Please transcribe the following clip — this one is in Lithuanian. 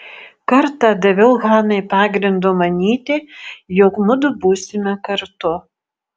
kartą daviau hanai pagrindo manyti jog mudu būsime kartu